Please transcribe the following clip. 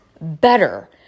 better